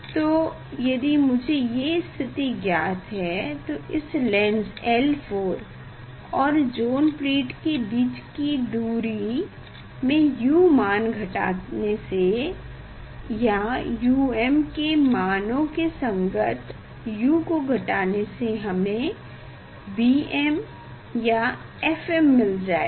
तो यदि मुझे ये स्थिति ज्ञात है तो इस लेंस L4 और जोन प्लेट के बीच की दूरी में u का मान घटाने से या um के मानों के संगत u को घटाने से हमें bm या fm मिल जाएगा